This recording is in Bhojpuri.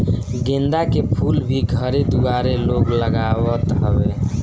गेंदा के फूल भी घरे दुआरे लोग लगावत हवे